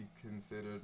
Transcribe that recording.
considered